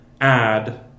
add